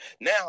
Now